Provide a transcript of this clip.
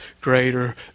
greater